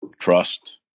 trust